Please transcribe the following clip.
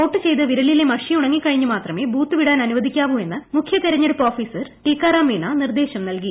vote ചെയ്ത് വിരലിലെ മഷി ഉണങ്ങിക്കഴിഞ്ഞ് മാത്രമേ ബൂത്ത് വിടാൻ അനുവദിക്കാവൂ എന്ന് മുഖ്യ തെരഞ്ഞെടുപ്പ് ഓഫീസർ ടിക്കാറാം മീണ നിർദ്ദേശം നൽകി